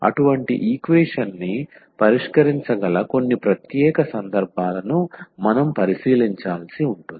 అటువంటి ఈక్వేషన్ని పరిష్కరించగల కొన్ని ప్రత్యేక సందర్భాలను మనం పరిశీలించాల్సి ఉంటుంది